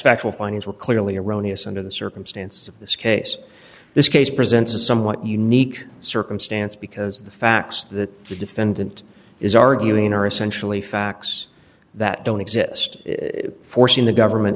factual findings were clearly erroneous under the circumstances of this case this case presents a somewhat unique circumstance because the facts that the defendant is arguing are essentially facts that don't exist forcing the government